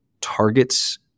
targets